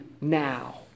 now